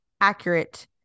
accurate